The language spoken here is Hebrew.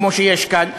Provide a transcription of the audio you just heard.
כמו שיש כאן,